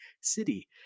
city